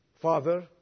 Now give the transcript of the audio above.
Father